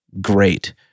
great